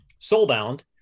soulbound